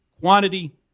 quantity